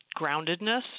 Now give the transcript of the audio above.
groundedness